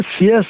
yes